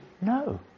no